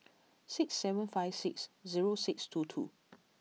six seven five six zero six two two